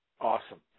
Awesome